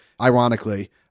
ironically